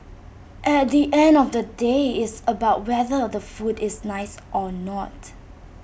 at the end of the day it's about whether the food is nice or not